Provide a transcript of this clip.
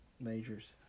majors